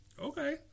Okay